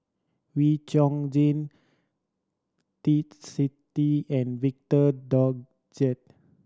Wee Chong Jin Twisstii and Victor Doggett